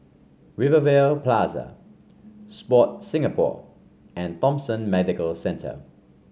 Rivervale Plaza Sport Singapore and Thomson Medical Centre